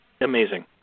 amazing